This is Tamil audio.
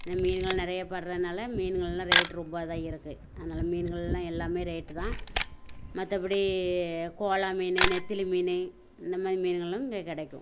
ஏன்னால் மீன்கள் நிறையா படுறதுனால மீன்கள்லாம் ரேட்டு ரொம்ப இதாக இருக்குது அதனால் மீன்கள்லாம் எல்லாமே ரேட்டு தான் மற்றபடி கோலா மீன் நெத்திலி மீன் இந்த மாதிரி மீன்களும் இங்கே கிடைக்கும்